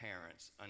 parents